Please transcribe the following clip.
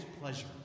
pleasure